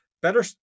Better